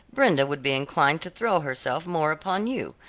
brenda would be inclined to throw herself more upon you,